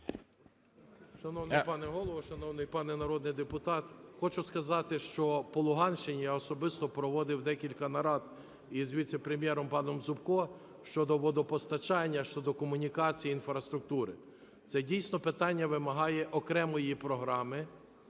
Шановний пане Голово, шановний пане народний депутат, хочу сказати, що по Луганщині я особисто проводив декілька нарад із віце-прем'єром паном Зубко щодо водопостачання, щодо комунікацій, інфраструктури. Це, дійсно, питання вимагає окремої програми,